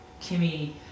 Kimmy